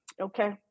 okay